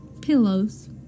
pillows